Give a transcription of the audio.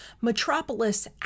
metropolis